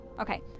Okay